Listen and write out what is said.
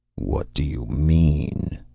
what do you mean?